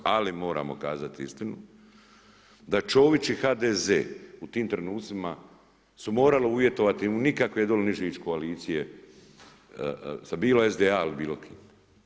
Ali moramo kazati istinu, da Čović i HDZ u tim trenutcima su morali uvjetovati … nikakve dole koalicije, sa bilo SDA ili bilo kim.